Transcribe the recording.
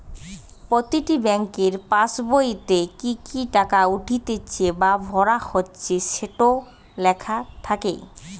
প্রতিটি বেংকের পাসবোইতে কি কি টাকা উঠতিছে বা ভরা হচ্ছে সেটো লেখা থাকে